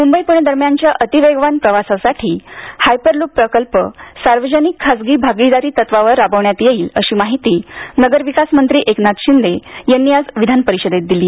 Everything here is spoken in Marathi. मुंबई पुणे दरम्यानच्या अतिवेगवान प्रवासासाठी हायपरलूप प्रकल्प सार्वजनिक खाजगी भागीदारी तत्वावर राबवण्यात येईल अशी माहिती नगरविकास मंत्री एकनाथ शिंदे यांनी आज विधानपरिषदेत दिली